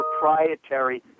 proprietary